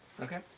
Okay